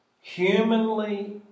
humanly